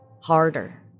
harder